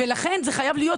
לכן זה חייב להיות